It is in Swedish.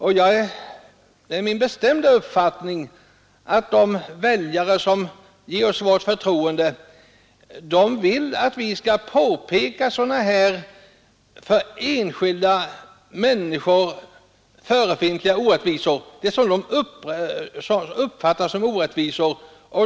Det är min bestämda uppfattning att de väljare som ger oss sitt förtroende vill att vi skall påpeka sådana här förhållanden som enskilda människor uppfattar som orättvisor.